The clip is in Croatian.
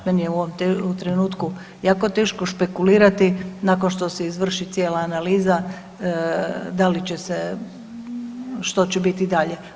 Meni je u ovom trenutku jako teško špekulirati nakon što se izvrši cijela analiza da li će se, što će biti dalje.